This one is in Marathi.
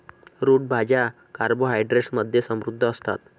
रूट भाज्या कार्बोहायड्रेट्स मध्ये समृद्ध असतात